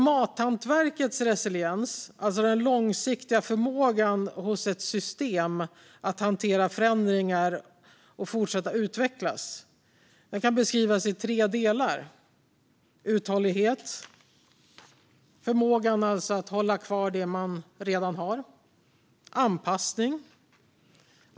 Mathantverkets resiliens, alltså den långsiktiga förmågan hos ett system att hantera förändringar och fortsätta utvecklas, kan beskrivas i tre delar: Uthållighet, alltså förmågan att hålla kvar det man redan har. Anpassningsförmåga.